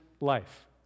life